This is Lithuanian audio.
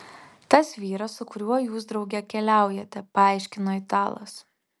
tas vyras su kuriuo jūs drauge keliaujate paaiškino italas